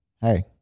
hey